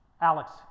Alex